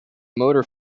motor